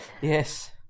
yes